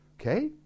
Okay